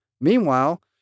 Meanwhile